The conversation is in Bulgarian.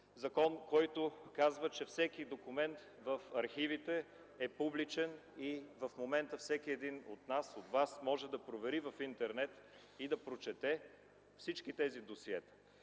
Закон, който казва, че всеки документ в архивите е публичен и в момента всеки един от нас, от вас може да провери в Интернет и да прочете всички тези досиета.